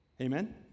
Amen